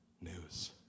news